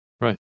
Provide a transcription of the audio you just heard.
Right